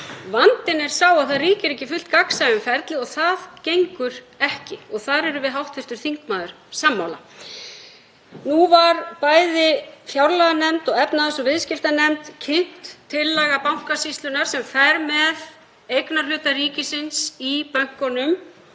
Vandinn er sá að það ríkir ekki fullt gagnsæi um ferlið og það gengur ekki og þar erum við hv. þingmaður sammála. Nú var bæði fjárlaganefnd og efnahags- og viðskiptanefnd kynnt tillaga Bankasýslunnar sem fer með eignarhluta ríkisins í bönkunum.